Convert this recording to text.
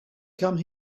come